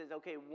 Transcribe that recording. okay